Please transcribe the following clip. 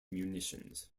munitions